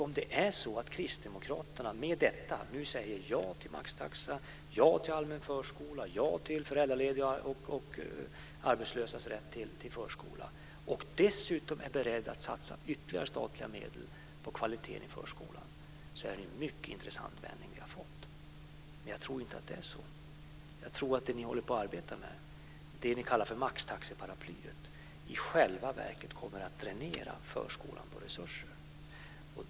Om det är så att Kristdemokraterna med detta nu säger ja till maxtaxa, ja till allmän förskola, ja till föräldraledigas och arbetslösas barns rätt till förskola och dessutom är beredda att satsa ytterligare statliga medel på kvaliteten i förskolan, är det en mycket intressant vändning vi har fått. Men jag tror inte att det är så. Jag tror att det ni håller på att arbeta med, det som ni kallar för maxtaxeparaplyet, i själva verket kommer att dränera förskolan på resurser.